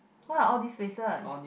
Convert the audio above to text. where are all these places